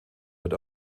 wird